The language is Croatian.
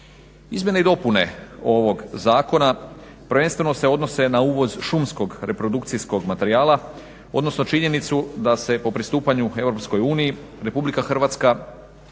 Izmjene i dopune ovog zakona prvenstveno se odnose na uvoz šumskog reprodukcijskog materijala, odnosno činjenicu da se po pristupanju EU Republika Hrvatska